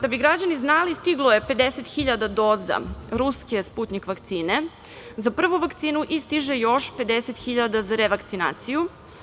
Da bi građani znali, stiglo je 50 hiljada doza ruske Sputnjik vakcine za prvu vakcinu i stiže još 50 hiljada za revakcinaciju.